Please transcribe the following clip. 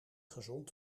gezond